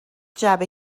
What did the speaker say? جعبه